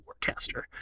Warcaster